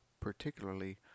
particularly